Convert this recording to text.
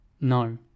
No